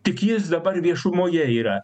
tik jis dabar viešumoje yra